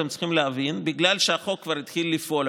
אתם צריכים להבין שבגלל שהחוק כבר התחיל לפעול,